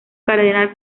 cardenal